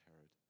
Herod